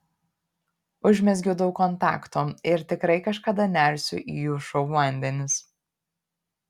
užmezgiau daug kontaktų ir tikrai kažkada nersiu į jų šou vandenis